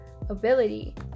ability